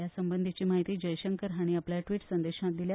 ह्या संबंदांची माहिती जयशंकर हांणी आपल्या ट्विट संदेशांत दिल्या